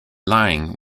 lying